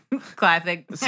classic